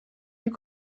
you